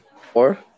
four